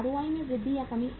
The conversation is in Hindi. ROI में वृद्धि या कमी